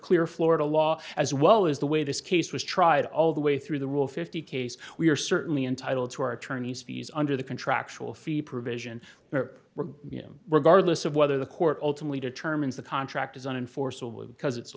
clear florida law as well as the way this case was tried all the way through the rule fifty case we are certainly entitled to our attorneys fees under the contractual fee provision where we're you know regardless of whether the court ultimately determines the contract is on enforceable because it's